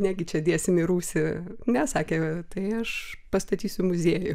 negi čia dėsim į rūsį ne sakė tai aš pastatysiu muziejų